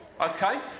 okay